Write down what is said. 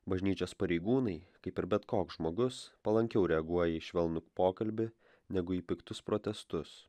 bažnyčios pareigūnai kaip ir bet koks žmogus palankiau reaguoja į švelnų pokalbį negu į piktus protestus